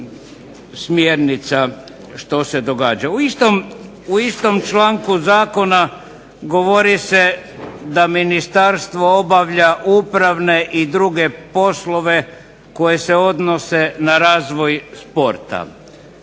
U istom članku Zakona govori se da Ministarstvo obavlja upravne i druge poslove koji se odnose na razvoj sporta.